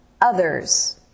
others